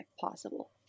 possible